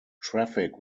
traffic